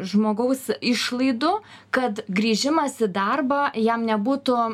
žmogaus išlaidų kad grįžimas į darbą jam nebūtų